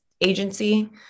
agency